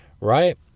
Right